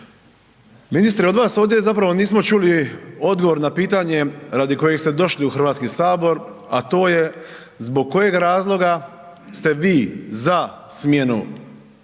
Ministre, od vas ovdje zapravo nismo čuli odgovor na pitanje radi kojeg ste došli u Hrvatski sabor, a to je zbog kojeg razloga ste vi za smjenu